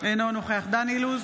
אינו נוכח דן אילוז,